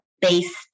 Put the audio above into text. based